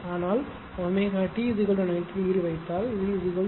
ஆனால் w t 90 degree வைத்தால் V 0